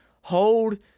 hold